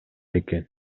экен